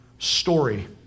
story